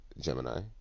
gemini